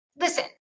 listen